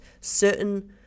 certain